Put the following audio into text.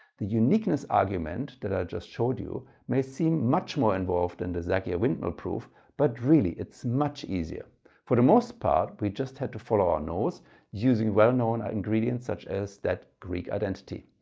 the uniqueness argument that i just showed you may seem much more involved then and the zagier windmill proof but really it's much easier for the most part. we just had to follow our nose using well-known ingredients such as that greek identity.